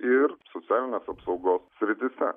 ir socialinės apsaugos srityse